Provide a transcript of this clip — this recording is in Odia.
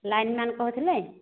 ଲାଇନ୍ମ୍ୟାନ୍ କହୁଥିଲେ